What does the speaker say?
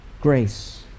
grace